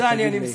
אני מסיים.